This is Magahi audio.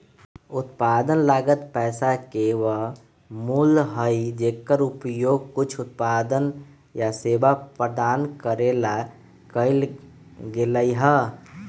उत्पादन लागत पैसा के वह मूल्य हई जेकर उपयोग कुछ उत्पादन या सेवा प्रदान करे ला कइल गयले है